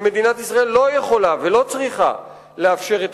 ומדינת ישראל לא יכולה ולא צריכה לאפשר את